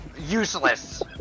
useless